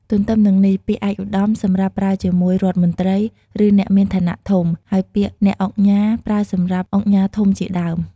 ទទ្ទឹមនឹងនេះ ពាក្យឯកឧត្តម សម្រាប់ប្រើជាមួយរដ្ឋមន្ត្រី ឬអ្នកមានឋានៈធំ ហើយពាក្យ អ្នកឧកញ៉ា ប្រើសម្រាប់ឧកញ៉ាធំជាដើម។